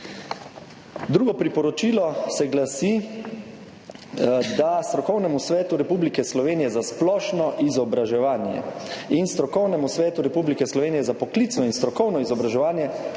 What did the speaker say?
Drugo priporočilo se glasi, da se Strokovnemu svetu Republike Slovenije za splošno izobraževanje in Strokovnemu svetu Republike Slovenije za poklicno in strokovno izobraževanje